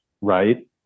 right